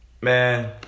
man